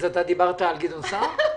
אתה דיברת על גדעון סער?